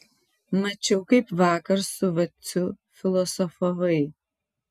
mačiau kaip vakar su vaciu filosofavai